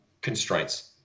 constraints